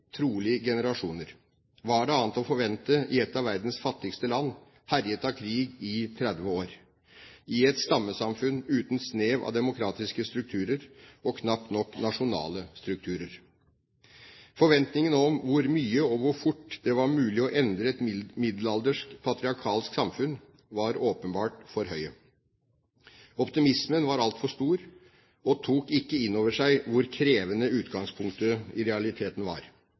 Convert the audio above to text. trolig generasjoner? Var det annet å forvente i ett av verdens fattigste land, herjet av krig i 30 år, i et stammesamfunn uten snev av demokratiske strukturer og knapt nok nasjonale strukturer? Forventningene om hvor mye og hvor fort det var mulig å endre et middelaldersk, patriarkalsk samfunn var åpenbart for høye. Optimismen var altfor stor, og man tok ikke inn over seg hvor krevende utgangspunktet i realiteten var.